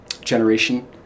generation